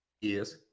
yes